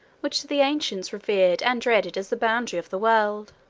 which the ancients revered and dreaded as the boundary of the world.